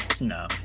no